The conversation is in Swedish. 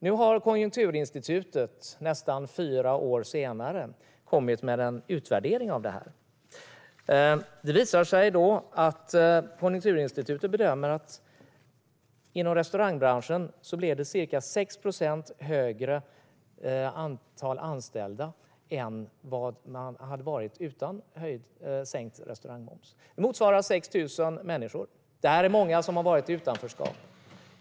Nu har Konjunkturinstitutet, nästan fyra år senare, kommit med en utvärdering. Det visar sig att Konjunkturinstitutet bedömer att det blivit ca 6 procent fler anställda inom restaurangbranschen än vad det hade blivit om restaurangmomsen inte hade sänkts. Det motsvarar 6 000 människor. Det här är många som har varit i utanförskap.